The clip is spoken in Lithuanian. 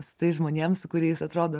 su tais žmonėm su kuriais atrodo